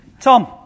Tom